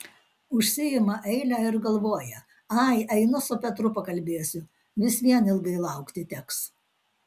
užsiima eilę ir galvoja ai einu su petru pakalbėsiu vis vien ilgai laukti teks